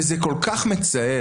וזה כל כך מצער,